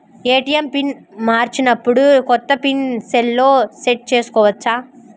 ATM PIN మరచిపోయినప్పుడు, కొత్త PIN సెల్లో సెట్ చేసుకోవచ్చా?